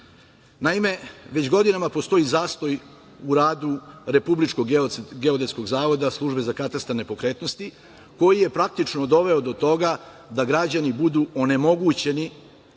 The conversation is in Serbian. Vesiću. Naime, već godinama postoji zastoj u radu Republičkog geodetskog zavoda, službe za katastar nepokretnosti koji je praktično doveo do toga da građani budu onemogućeni